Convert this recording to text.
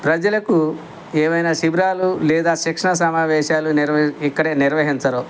ప్రజలకు ఏవైనా శిబిరాలు లేదా శిక్షణ సమావేశాలు ఇక్కడే నిర్వహించరు